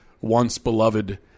once-beloved